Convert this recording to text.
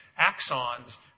axons